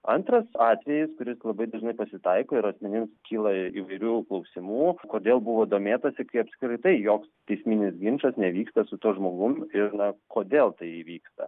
antras atvejis kuris labai dažnai pasitaiko ir asmenims kyla įvairių klausimų kodėl buvo domėtasi kai apskritai joks teisminis ginčas nevyksta su tuo žmogum ir na kodėl tai įvyksta